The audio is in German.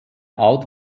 alt